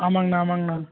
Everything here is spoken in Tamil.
ஆமாங்ண்ணா ஆமாங்ண்ணா